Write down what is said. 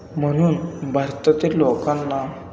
म्हणून भारतातील लोकांना